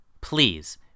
please